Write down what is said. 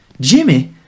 Jimmy